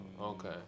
okay